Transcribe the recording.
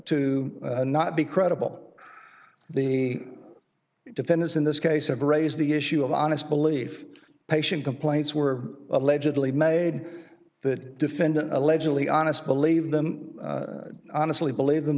to not be credible the the defendants in this case have raised the issue of honest belief patient complaints were allegedly made the defendant allegedly honest believe them honestly believe them